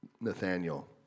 Nathaniel